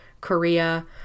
Korea